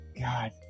God